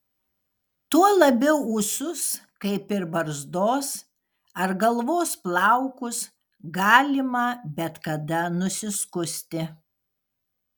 tuo labiau ūsus kaip ir barzdos ar galvos plaukus galima bet kada nusiskusti